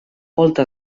volta